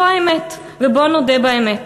זו האמת, ובואו נודה באמת.